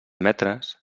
metres